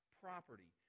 property